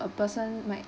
a person might